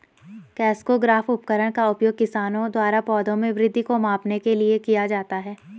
crescograph उपकरण का उपयोग किसानों द्वारा पौधों में वृद्धि को मापने के लिए किया जाता है